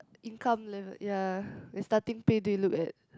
income level ya the starting pay do you look at